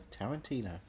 Tarantino